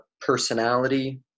personality